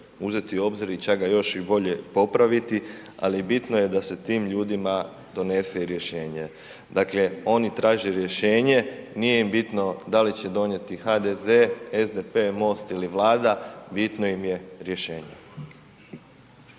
uzeti u obzir i čak ga još i bolje popraviti ali bitno je da se tim ljudima donese rješenje. Dakle, oni traže rješenje, nije im bitno da li će donijeti HDZ, SDP, MOST ili Vlada, bitno im je rješenje.